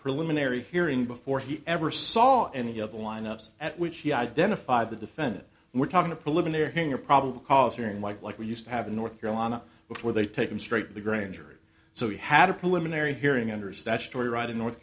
preliminary hearing before he ever saw any of the lineups at which he identified the defendant were talking to police in their hearing a probable cause hearing like like we used to have in north carolina where they take him straight to the grand jury so he had a preliminary hearing under statutory right in north